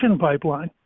pipeline